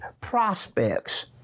prospects